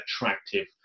attractive